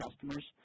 customers